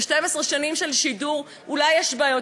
ב-12 שנים של שידור אולי יש בעיות,